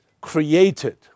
created